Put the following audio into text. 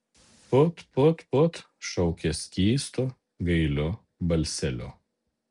put put put šaukė skystu gailiu balseliu